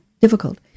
difficult